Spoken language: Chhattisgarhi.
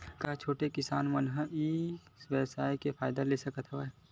का छोटे किसान मन ई व्यवसाय के फ़ायदा ले सकत हवय?